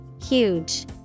huge